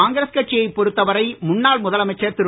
காங்கிரஸ் கட்சியை பொறுத்த வரை முன்னாள் முதலமைச்சர் திரு